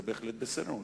זה בהחלט בסדר,